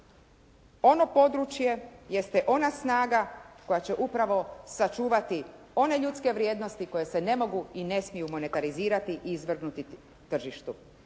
ono područje, jeste ona snaga koja će upravo sačuvati one ljudske vrijednosti koje se ne mogu i ne smiju monetarizirati i izvrgnuti tržištu.